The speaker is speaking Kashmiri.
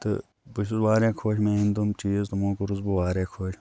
تہٕ بہٕ چھُس واریاہ خۄش مےٚ أنۍ تِم چیٖز تِمو کوٚرُس بہٕ واریاہ خۄش